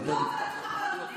את לא מקשיבה.